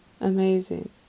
amazing